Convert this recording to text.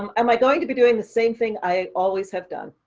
um am i going to be doing the same thing i always have done?